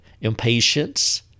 impatience